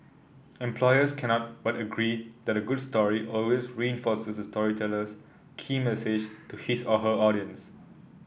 employers cannot but agree that a good story always reinforces the storyteller's key message to his or her audience